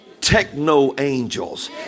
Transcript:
techno-angels